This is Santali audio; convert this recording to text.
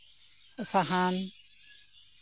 ᱥᱟᱦᱟᱱ